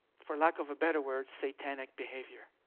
for lack of a better word, satanic behavior.